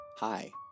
Hi